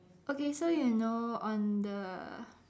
okay so you know on the